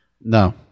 No